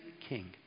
king